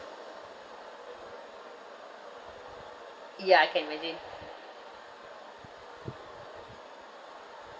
ya I can imagine